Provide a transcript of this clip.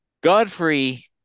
Godfrey